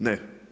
Ne.